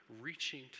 reaching